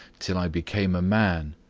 till i became a man.